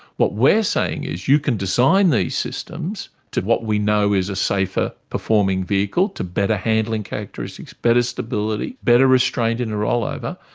what we're saying is, you can design these systems to what we know is a safer performing vehicle, to better handling characteristics, better stability, better restraint in a rollover.